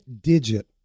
digit